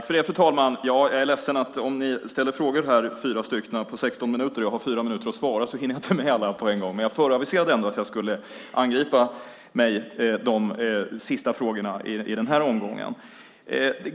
Fru talman! Jag är ledsen, men om ni är fyra stycken som ställer frågor i 16 minuter och jag har fyra minuter på mig att svara hinner jag inte med alla på en gång. Men jag aviserade ändå att jag skulle gripa mig an de sista frågorna i den här omgången.